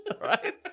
right